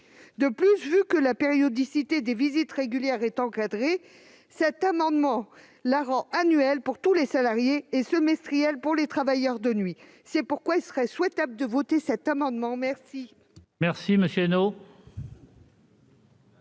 De plus, comme la périodicité des visites régulières est encadrée, cet amendement vise à la rendre annuelle pour tous les salariés et semestrielle pour les travailleurs de nuit. C'est pourquoi il serait souhaitable de l'adopter.